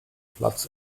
platz